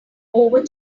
over